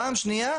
פעם שנייה,